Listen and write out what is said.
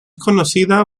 conocida